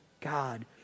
God